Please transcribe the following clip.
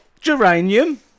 geranium